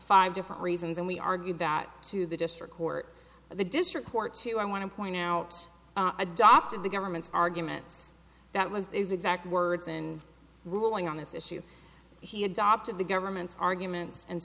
five different reasons and we argued that to the district court of the district court to i want to point out adopted the government's arguments that was the exact words and ruling on this issue he adopted the government's arguments and